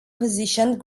positioned